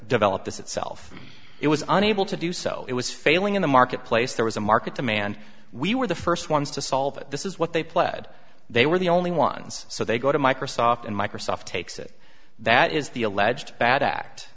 develop this itself it was unable to do so it was failing in the marketplace there was a market demand we were the first ones to solve it this is what they pled they were the only ones so they go to microsoft and microsoft takes it that is the alleged bad act